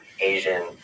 Asian